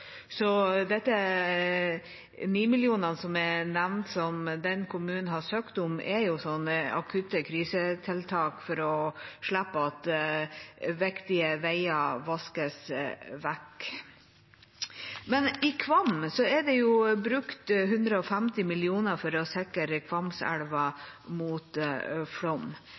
Så de 9 mill. kr som jeg nevnte at kommunen har søkt om, er til slike akutte krisetiltak for å unngå at viktige veier vaskes vekk. I Kvam er det brukt 150 mill. kr for å sikre Kvamselva mot flom.